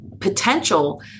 potential